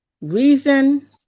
reason